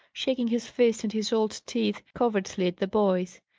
shaking his fist and his old teeth covertly at the boys.